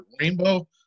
Rainbow